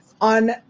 on